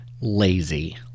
Lazy